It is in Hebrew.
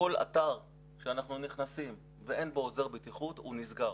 כל אתר שאנחנו נכנסים ואין בו עוזר בטיחות נסגר.